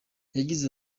yagize